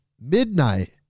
midnight